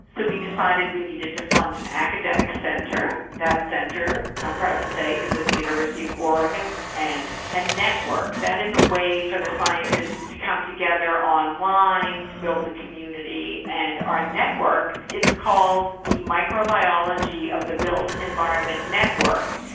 we decided we needed to fund an academic centre, and that centre, i'm proud to say, is at the university of oregon, and a network, that is a way for the scientists to come together online to build the community. and our network is called the microbiology of the built environment network,